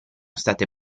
state